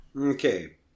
Okay